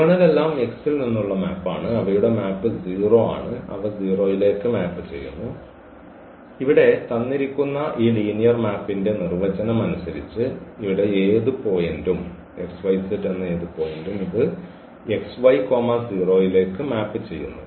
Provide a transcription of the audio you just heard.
kernel എല്ലാം X ൽ നിന്നുള്ള മാപ്പാണ് അവയുടെ മാപ്പ് 0 ആണ് അവ 0 ലേക്ക് മാപ്പ് ചെയ്യുന്നു ഇവിടെ തന്നിരിക്കുന്ന ഈ ലീനിയർ മാപ്പിന്റെ നിർവചനം അനുസരിച്ച് ഇവിടെ ഏത് പോയിന്റും ഇത് x y 0 ലേക്ക് മാപ്പ് ചെയ്യുന്നു